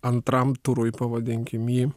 antram turui pavadinkim jį